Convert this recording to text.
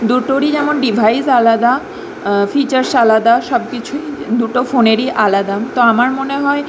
দুটোরই যেমন ডিভাইস আলাদা ফিচার্স আলাদা সবকিছুই দুটো ফোনেরই আলাদা তো আমার মনে হয়